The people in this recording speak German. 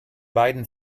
beiden